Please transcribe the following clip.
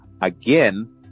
again